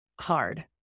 hard